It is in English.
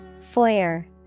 Foyer